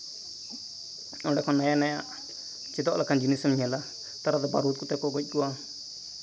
ᱚᱸᱰᱮ ᱠᱷᱚᱱ ᱱᱚᱭᱟ ᱱᱚᱭᱟ ᱪᱮᱫᱚᱜ ᱞᱮᱠᱟᱱ ᱡᱤᱱᱤᱥ ᱮᱢ ᱧᱮᱞᱟ ᱱᱮᱛᱟᱨ ᱫᱚ ᱵᱟᱹᱨᱩᱫ ᱠᱚᱛᱮ ᱠᱚ ᱜᱚᱡ ᱠᱚᱣᱟ